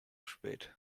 spät